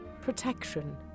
protection